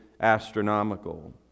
astronomical